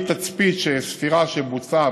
מתצפית ספירה שבוצעה,